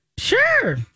Sure